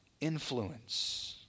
influence